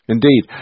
Indeed